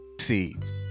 seeds